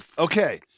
Okay